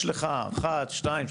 יש לך אחת שתיים,